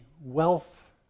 wealth